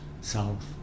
south